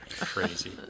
Crazy